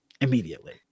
immediately